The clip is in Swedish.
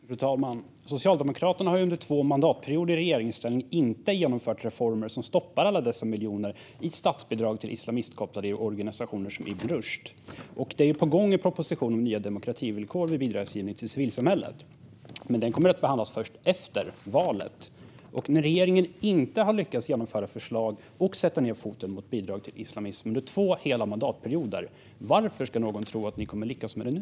Fru talman! Socialdemokraterna har under två mandatperioder i regeringsställning inte genomfört reformer som stoppar alla dessa miljoner i statsbidrag till islamistkopplade organisationer som Ibn Rushd. Det är en proposition på gång om nya demokrativillkor vid bidragsgivning till civilsamhället. Men den kommer att behandlas först efter valet. När regeringen inte har lyckats genomföra förslag och sätta ned foten mot bidrag till islamism under två hela mandatperioder, varför ska någon tro att ni kommer att lyckas med det nu?